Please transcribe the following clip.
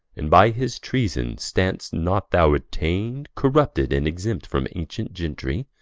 and by his treason, stand'st not thou attainted, corrupted, and exempt from ancient gentry?